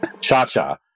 Cha-Cha